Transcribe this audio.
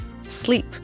sleep